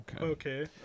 okay